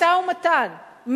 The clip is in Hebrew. משא-ומתן,